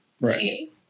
Right